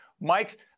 Mike